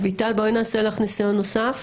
אביטל, בואי נעשה לך ניסיון נוסף.